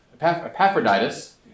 Epaphroditus